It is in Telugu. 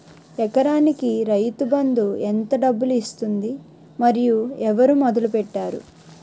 ఎకరానికి రైతు బందు ఎంత డబ్బులు ఇస్తుంది? మరియు ఎవరు మొదల పెట్టారు?